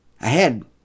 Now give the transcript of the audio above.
Ahead